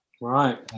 right